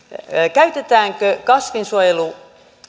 käytetäänkö kasvinsuojeluun